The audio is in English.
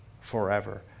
forever